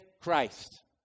Christ